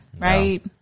right